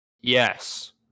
Yes